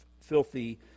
filthy